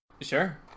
Sure